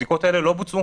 בדיקות כאלה לא בוצעו.